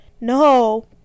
no